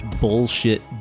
bullshit